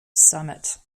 summit